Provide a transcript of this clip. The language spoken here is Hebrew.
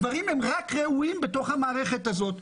הדברים ראויים בתוך המערכת הזאת.